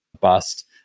bust